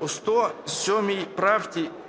У 107